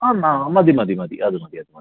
എന്നാ മതി മതി മതി അതുമതി അതുമതി